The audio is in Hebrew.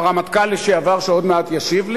הרמטכ"ל לשעבר שעוד מעט ישיב לי,